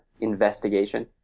investigation